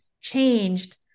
changed